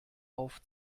auf